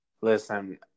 Listen